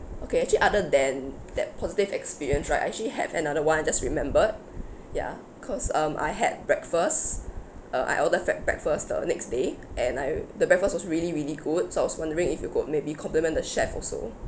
okay actually other than that positive experience right actually have another one just remembered ya cause um I had breakfast uh I ordered break~ breakfast the next day and I the breakfast was really really good so I was wondering if you could maybe compliment the chef also